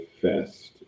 Fest